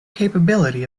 capability